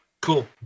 cool